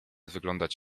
wyglądać